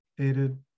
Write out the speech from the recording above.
aided